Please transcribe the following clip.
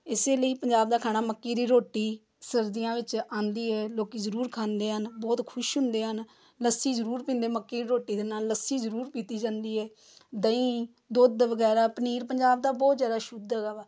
ਇਸ ਲਈ ਪੰਜਾਬ ਦਾ ਖਾਣਾ ਮੱਕੀ ਦੀ ਰੋਟੀ ਸਰਦੀਆਂ ਵਿੱਚ ਆਉਂਦੀ ਹੈ ਲੋਕ ਜ਼ਰੂਰ ਖਾਂਦੇ ਹਨ ਬਹੁਤ ਖੁਸ਼ ਹੁੰਦੇ ਹਨ ਲੱਸੀ ਜ਼ਰੂਰ ਪੀਂਦੇ ਮੱਕੀ ਰੋਟੀ ਦੇ ਨਾਲ ਲੱਸੀ ਜ਼ਰੂਰ ਪੀਤੀ ਜਾਂਦੀ ਹੈ ਦਹੀਂ ਦੁੱਧ ਵਗੈਰਾ ਪਨੀਰ ਪੰਜਾਬ ਦਾ ਬਹੁਤ ਜ਼ਿਆਦਾ ਸ਼ੁੱਧ ਹੈਗਾ ਵਾ